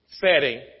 setting